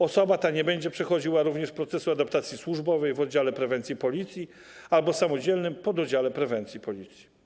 Osoba ta nie będzie przechodziła również procesu adaptacji służbowej w oddziale prewencji Policji albo samodzielnym pododdziale prewencji Policji.